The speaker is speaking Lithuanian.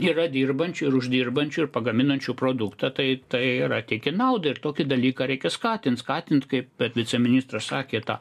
yra dirbančių ir uždirbančių ir pagaminančių produktą tai tai yra teiki naudą ir tokį dalyką reikia skatint skatint kaip bet viceministras sakė tą